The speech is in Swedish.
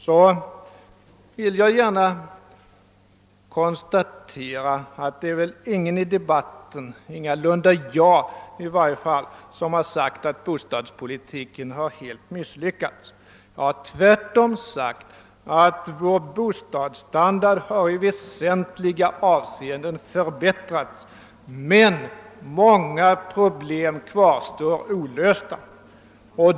Jag vill gärna konstatera att ingen här i debatten — i varje fall inte jag — har sagt att bostadspolitiken helt misslyckats. Jag har tvärtom framhållit att vår bostadsstandard i väsentliga avseenden förbättrats men att många problem kvarstår olösta.